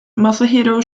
masahiro